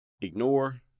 ignore